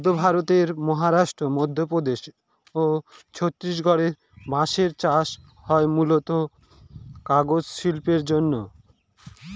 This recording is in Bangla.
মধ্য ভারতের মহারাষ্ট্র, মধ্যপ্রদেশ ও ছত্তিশগড়ে বাঁশের চাষ হয় মূলতঃ কাগজ শিল্পের জন্যে